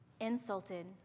insulted